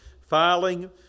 Filing